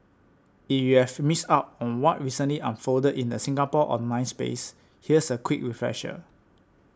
if you've missed out on what recently unfolded in the Singapore online space here's a quick refresher